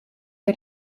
que